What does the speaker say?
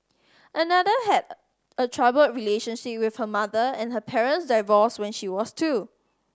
another had a troubled relationship with her mother and her parents divorced when she was two